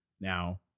now